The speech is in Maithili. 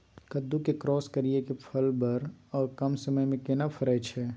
कद्दू के क्रॉस करिये के फल बर आर कम समय में केना फरय छै?